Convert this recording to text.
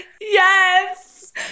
Yes